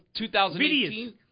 2018